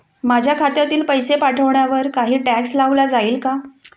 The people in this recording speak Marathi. माझ्या खात्यातील पैसे पाठवण्यावर काही टॅक्स लावला जाईल का?